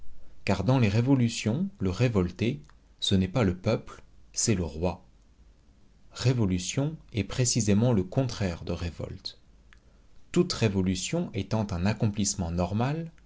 car dans les révolutions le révolté ce n'est pas le peuple c'est le roi révolution est précisément le contraire de révolte toute révolution étant un accomplissement normal